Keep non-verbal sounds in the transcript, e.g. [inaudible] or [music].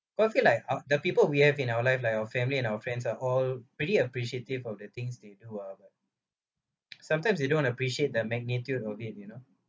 okay like !huh! the people we have in our life like your family and our friends are all pretty appreciative of the things they do ah but [noise] sometimes they don't appreciate the magnitude of it you know